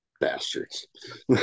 Bastards